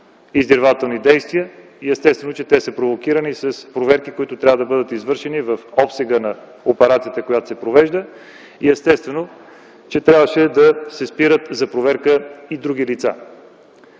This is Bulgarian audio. издирвателни действия и естествено, че те са провокирани с проверки, които трябва да бъдат извършени в обсега на операцията, която се провежда и естествено, че трябваше да се спират за проверка и други лица.